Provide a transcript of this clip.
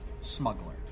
Smuggler